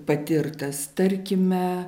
patirtas tarkime